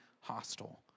hostile